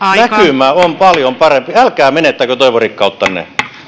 näkymä on paljon parempi älkää menettäkö toivorikkauttanne